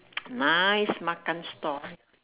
nice makan store